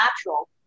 natural